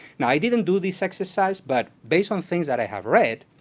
now i didn't do this exercise, but based on things that i have read,